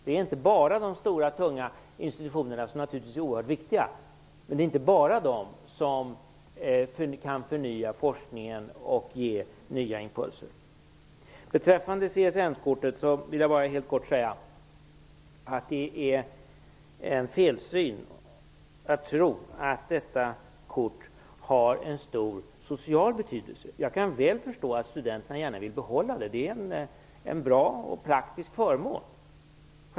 Det är inte bara de stora tunga institutionerna, som naturligtvis är oerhört viktiga, som kan förnya forskningen och ge nya impulser. Beträffande CSN-kortet vill jag bara helt kort säga att det är en felsyn att tro att detta kort har en stor social betydelse. Jag kan väl förstå att studenterna gärna vill behålla det. Det är självfallet en bra och praktisk förmån.